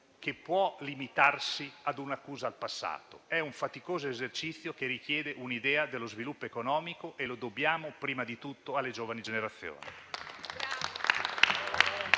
che può limitarsi a un'accusa al passato, ma è un faticoso esercizio che richiede un'idea dello sviluppo economico. Lo dobbiamo prima di tutto alle giovani generazioni.